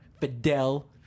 Fidel